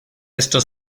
esto